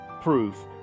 proof